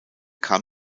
kam